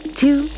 two